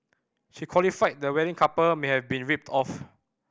she qualified the wedding couple may have been ripped off